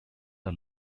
are